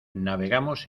navegamos